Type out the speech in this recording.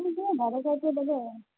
ଟିକିଏ ଭଲ ସେଟ୍ ଟେ ଦେବେ ଆଉ